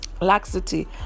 laxity